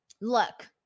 look